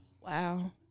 Wow